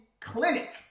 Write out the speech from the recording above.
clinic